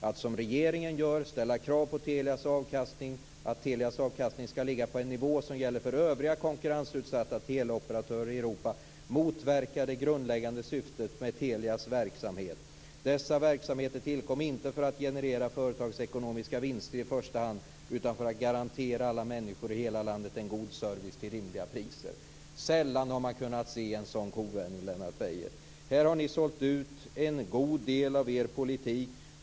Att - som regeringen gör - ställa krav på att Telias avkastning skall ligga på en nivå som gäller för övriga konkurrensutsatta teleoperatörer i Europa motverkar det grundläggande syftet med Vidare skrev man då att "dessa verksamheter tillkom inte för att generera företagsekonomiska vinster i första hand, utan för att garantera alla människor i hela landet en god service till rimliga priser". Sällan har man kunnat se en sådan kovändning, Lennart Beijer. Här har ni sålt ut en god del av er politik.